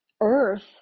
Earth